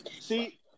See